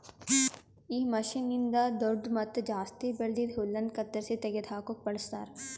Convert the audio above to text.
ಈ ಮಷೀನ್ನ್ನಿಂದ್ ದೊಡ್ಡು ಮತ್ತ ಜಾಸ್ತಿ ಬೆಳ್ದಿದ್ ಹುಲ್ಲನ್ನು ಕತ್ತರಿಸಿ ತೆಗೆದ ಹಾಕುಕ್ ಬಳಸ್ತಾರ್